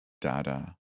Dada